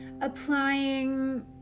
applying